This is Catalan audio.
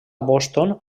boston